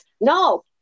No